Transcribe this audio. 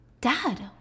Dad